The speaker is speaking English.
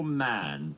man